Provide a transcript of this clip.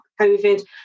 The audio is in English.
Covid